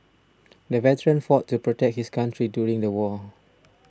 the veteran fought to protect his country during the war